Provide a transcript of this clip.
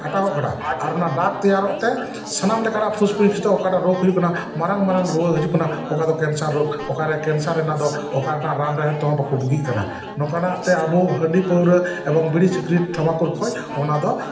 ᱟᱴᱟᱣᱚᱜ ᱠᱟᱱᱟ ᱟᱨ ᱚᱱᱟ ᱫᱟᱜᱽ ᱛᱮᱭᱟᱨᱚᱜ ᱛᱮ ᱥᱟᱱᱟᱢ ᱞᱮᱠᱟᱱᱟᱜ ᱯᱷᱩᱥᱯᱷᱩᱥ ᱫᱚ ᱚᱠᱟᱴᱟᱜ ᱨᱳᱜᱽ ᱦᱩᱭᱩᱜ ᱠᱟᱱᱟ ᱢᱟᱨᱟᱝ ᱢᱟᱨᱟᱝ ᱨᱩᱣᱟᱹ ᱦᱤᱡᱩᱜ ᱠᱟᱱᱟ ᱚᱠᱟ ᱫᱚ ᱠᱮᱱᱥᱟᱨ ᱨᱳᱜᱽ ᱚᱠᱟᱨᱮ ᱠᱮᱱᱥᱟᱨ ᱨᱮᱱᱟᱜ ᱫᱚ ᱚᱠᱟ ᱨᱮᱱᱟᱜ ᱨᱟᱱᱼᱨᱮᱦᱮᱫ ᱛᱮᱦᱚᱸ ᱵᱟᱠᱚ ᱵᱩᱜᱤᱜ ᱠᱟᱱᱟ ᱱᱚᱝᱠᱟᱱᱟᱜ ᱛᱮ ᱟᱵᱚ ᱦᱟᱺᱰᱤᱼᱯᱟᱹᱣᱨᱟᱹ ᱮᱵᱚᱝ ᱵᱤᱲᱤ ᱥᱤᱜᱟᱨᱮᱴ ᱛᱷᱟᱢᱟᱠᱩᱨ ᱠᱷᱚᱡ ᱚᱱᱟ ᱫᱚ